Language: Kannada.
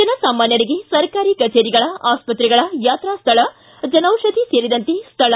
ಜನಸಾಮಾನ್ಯರಿಗೆ ಸರ್ಕಾರಿ ಕಚೇರಿಗಳ ಆಸ್ಪತ್ರೆಗಳ ಯಾತ್ರಾ ಸ್ಥಳ ಜನೌಷದಿ ಇತ್ಯಾದಿ ಸ್ಥಳ